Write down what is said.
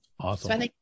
Awesome